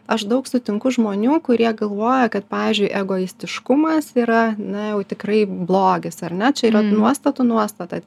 aš daug sutinku žmonių kurie galvoja kad pavyzdžiui egoistiškumas yra na jau tikrai blogis ar ne čia yra nuostatų nuostata